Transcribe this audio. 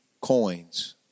coins